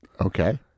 okay